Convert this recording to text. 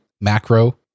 macro